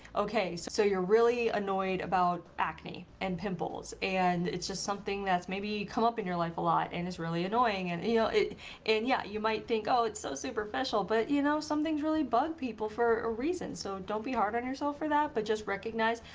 okay, so you're really annoyed about acne and pimples and it's just something that's maybe come up in your life a lot and it's really annoying and you know it and yeah you might think oh it's so superficial but you know some things really bugged people for a reason, so don't be hard on yourself for that, but just recognize,